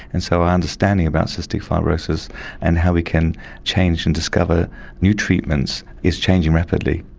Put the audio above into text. and so our understanding about cystic fibrosis and how we can change and discover new treatments is changing rapidly.